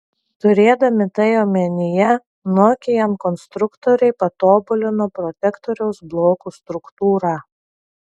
turėdami tai omenyje nokian konstruktoriai patobulino protektoriaus blokų struktūrą